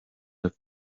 have